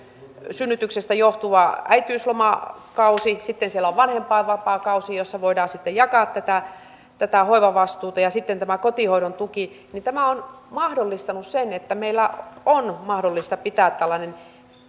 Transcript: synnytyksestä johtuva äitiyslomakausi sitten siellä on vanhempainvapaakausi jossa voidaan jakaa tätä tätä hoivavastuuta ja sitten tämä kotihoidon tuki niin tämä on mahdollistanut sen että meillä on mahdollista pitää